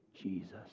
Jesus